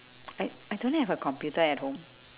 I I don't have a computer at home